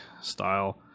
style